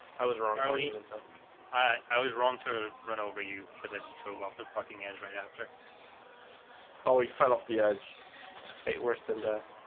i was wrong i and so i was wrong to run over you because i drove up the fucking edge right after oh he fell off the edge fate worse than death